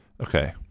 Okay